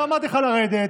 לא אמרתי לך לרדת,